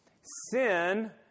Sin